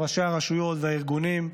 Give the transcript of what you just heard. עם ראשי הרשויות והארגונים,